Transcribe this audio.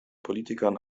politikern